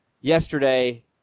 yesterday